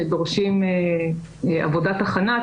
שדורשים עבודת הכנה,